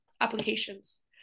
applications